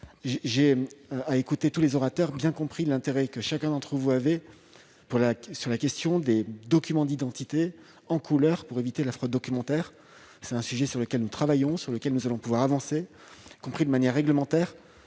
à écouter tous les orateurs, j'ai bien compris l'intérêt que chacun portait à la question des documents d'identité en couleur pour éviter la fraude documentaire. C'est un sujet sur lequel nous travaillons et pourrons avancer, y compris de manière réglementaire,